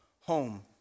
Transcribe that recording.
home